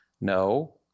No